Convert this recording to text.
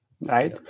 right